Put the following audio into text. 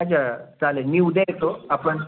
अच्छा चालेल मी उद्या येतो आपण